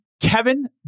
Kevin